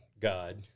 God